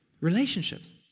Relationships